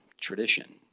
tradition